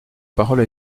parole